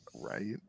Right